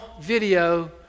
video